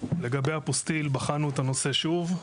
לגבי האפוסטיל, בחנו את הנושא שוב.